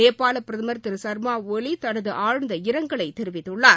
நேபாள் பிரதமர் திரு சர்மா ஒலி தனது ஆழ்ந்த இரங்கலை தெரிவித்துள்ளார்